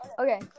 Okay